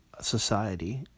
society